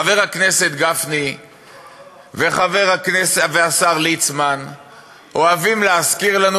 חבר הכנסת גפני והשר ליצמן אוהבים להזכיר לנו,